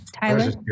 Tyler